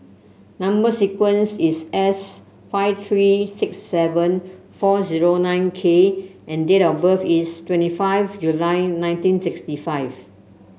number sequence is S five three six seven four zero nine K and date of birth is twenty five July nineteen sixty five